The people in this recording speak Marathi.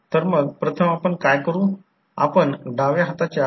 तर जर तसे असेल तर या प्रकरणात I2 2 R2 I2 2 R2 म्हणजे R2 I2 2 I2 2 R2 म्हणजे I2 I2 2 R2